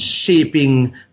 shaping